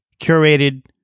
curated